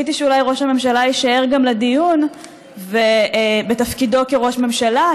קיוויתי שאולי ראש הממשלה יישאר גם לדיון בתפקידו כראש ממשלה,